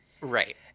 Right